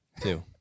two